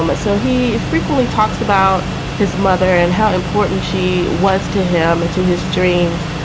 um so he frequently talks about his mother and how important she was to him and to his dreams.